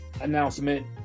announcement